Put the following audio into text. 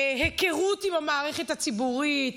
היכרות עם המערכת הציבורית,